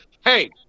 hey